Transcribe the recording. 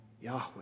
Yahweh